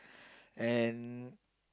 and